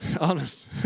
Honest